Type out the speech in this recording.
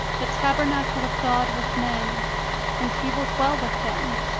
the tabernacle of god with men and he will dwell with them.